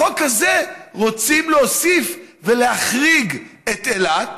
לחוק הזה רוצים להוסיף ולהחריג את אילת